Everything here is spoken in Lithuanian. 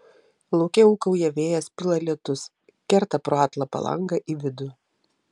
lauke ūkauja vėjas pila lietus kerta pro atlapą langą į vidų